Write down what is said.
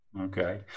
Okay